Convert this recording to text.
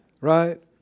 Right